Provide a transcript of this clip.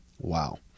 Wow